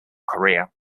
career